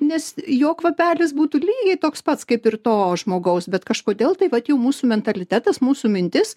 nes jo kvapelis būtų lygiai toks pats kaip ir to žmogaus bet kažkodėl tai vat jau mūsų mentalitetas mūsų mintis